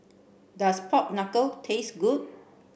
does pork knuckle taste good